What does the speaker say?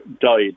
died